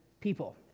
people